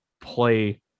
play